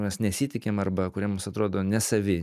mes nesitikim arba kurie mums atrodo nesavi